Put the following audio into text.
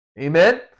Amen